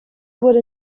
wurde